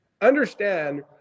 Understand